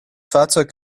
fahrzeug